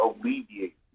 alleviate